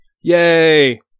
Yay